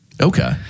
Okay